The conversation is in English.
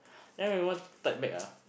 then when we want to type back ah